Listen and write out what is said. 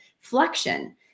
flexion